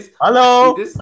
hello